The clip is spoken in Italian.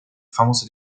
famoso